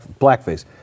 blackface